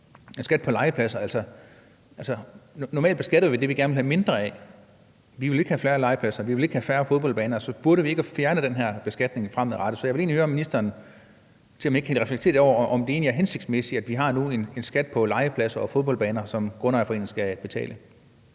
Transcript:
en skat på legepladser. Normalt beskatter vi det, vi gerne vil have mindre af. Vi vil ikke have færre legepladser, vi vil ikke have færre fodboldbaner, så burde vi ikke fjerne den her beskatning fremadrettet? Så jeg vil egentlig høre, om ministeren ikke kan reflektere lidt over, om det egentlig er hensigtsmæssigt, at vi nu har en skat på legepladser og fodboldbaner, som grundejerforeninger skal betale?